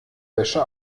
wäsche